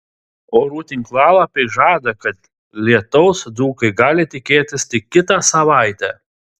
orų tinklalapiai žada kad lietaus dzūkai gali tikėtis tik kitą savaitę